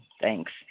Thanks